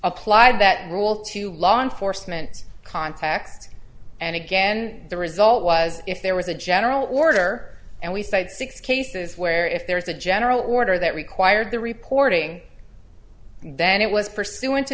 apply that rule to law enforcement context and again the result was if there was a general order and we said six cases where if there is a general order that required the reporting then it was pursuant t